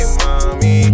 mommy